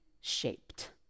shaped